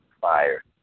fire